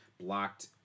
blocked